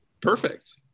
Perfect